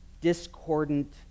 discordant